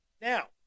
Now